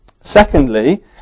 Secondly